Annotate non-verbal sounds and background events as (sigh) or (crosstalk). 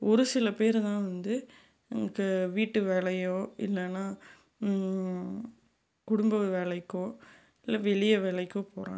ஒரு சில பேர் தான் வந்து (unintelligible) வீட்டு வேலையோ இல்லைனா குடும்ப வேலைக்கோ இல்லை வெளிய வேலைக்கோ போகிறாங்க